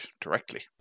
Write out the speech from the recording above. directly